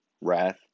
wrath